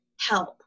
help